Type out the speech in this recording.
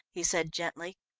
he said gently.